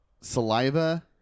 saliva